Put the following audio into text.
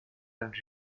and